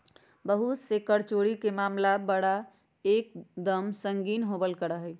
बहुत से कर चोरी के मामला बड़ा एक दम संगीन होवल करा हई